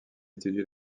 étudie